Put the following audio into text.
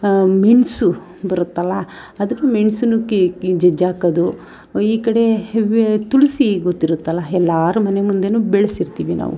ಮೆಣಸು ಬರುತ್ತಲ್ಲ ಅದು ಮೆಣ್ಸನ್ನು ಕಿ ಜಜ್ಜಾಕೋದು ಈ ಕಡೆ ವಿ ತುಳಸಿ ಗೊತ್ತಿರುತ್ತಲ್ಲ ಎಲ್ಲರು ಮನೆ ಮುಂದೆಯು ಬೆಳೆಸಿರ್ತೀವಿ ನಾವು